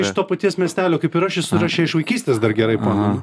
iš to paties miestelio kaip ir aš ir su aš ją iš vaikystės dar gerai pamenu